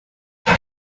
they